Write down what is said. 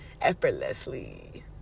effortlessly